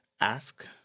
ask